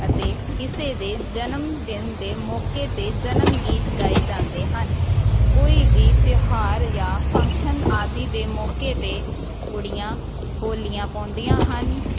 ਅਤੇ ਕਿਸੇ ਦੇ ਜਨਮ ਦਿਨ ਦੇ ਮੌਕੇ 'ਤੇ ਜਨਮ ਗੀਤ ਗਾਏ ਜਾਂਦੇ ਹਨ ਕੋਈ ਵੀ ਤਿਉਹਾਰ ਜਾਂ ਫੰਕਸ਼ਨ ਆਦਿ ਦੇ ਮੌਕੇ 'ਤੇ ਕੁੜੀਆਂ ਬੋਲੀਆਂ ਪਾਉਂਦੀਆਂ ਹਨ